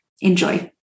Enjoy